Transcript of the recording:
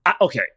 Okay